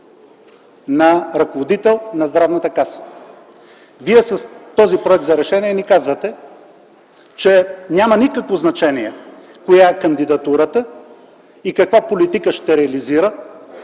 на ръководител на Здравната каса. С този проект за решение вие ни казвате, че няма никакво значение коя е кандидатурата и каква политика ще реализира,